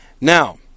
Now